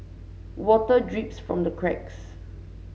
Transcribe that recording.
water drips from the cracks